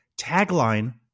tagline